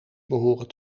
behoren